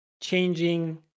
changing